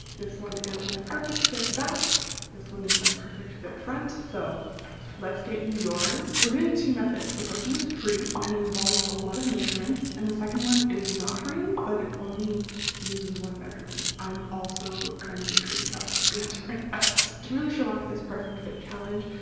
this one is my perfect fit back this one is my perfect fit front. so let's get you yours. we're gonna do two methods the first one is free and it involves a lot of measurements and the second one is not free but it only uses one measurement i'm also kind of intrigued how that's gonna turn out to really show off this perfect fit challenge.